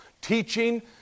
teaching